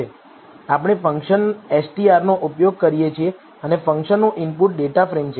આપણે ફંક્શન strનો ઉપયોગ કરીએ છીએ અને ફંકશનનું ઇનપુટ ડેટાફ્રેમ છે